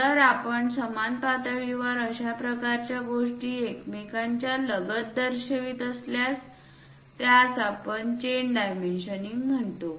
जर आपण समान पातळीवर अशा प्रकारच्या गोष्टी एकमेकांच्या लगत दर्शवित असल्यास त्यास आपण चेन डायमेन्शनिंग म्हणतो